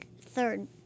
third